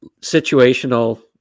situational